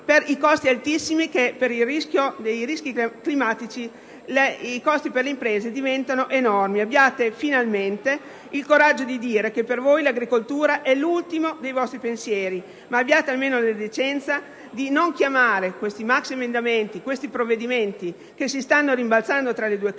degli altissimi costi legati ai rischi climatici, costi che per le imprese diventano enormi. Abbiate finalmente il coraggio di dire che per voi l'agricoltura è l'ultimo dei vostri pensieri, avendo però nel contempo la decenza di non dire che questi maxiemendamenti, questi provvedimenti che stanno rimbalzando tra le due Camere,